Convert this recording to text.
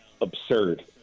absurd